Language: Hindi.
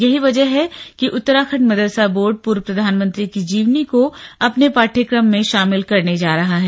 यही वजह है कि उत्तराखंड मदरसा बोर्ड पूर्व प्रधानमंत्री की जीवनी को अपने पाठ्यक्रम मे शामिल करने जा रहा है